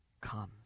comes